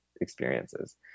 experiences